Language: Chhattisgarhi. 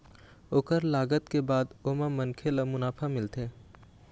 ओखर लागत के बाद ओमा मनखे ल मुनाफा मिलथे